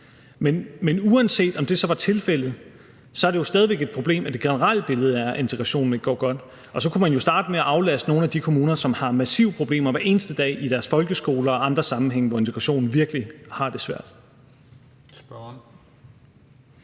Men uanset om det så var tilfældet, er det jo stadig væk et problem, at det generelle billede er, at integrationen ikke går godt. Og så kunne man jo starte med at aflaste nogle af de kommuner, der har massive problemer hver eneste dag i deres folkeskoler og i andre sammenhænge, hvor integrationen virkelig har det svært.